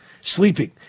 Sleeping